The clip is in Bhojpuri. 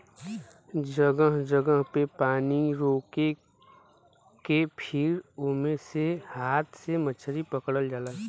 जगह जगह पे पानी रोक के फिर ओमे से हाथ से मछरी पकड़ल जाला